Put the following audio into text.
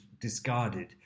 discarded